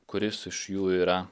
kuris iš jų yra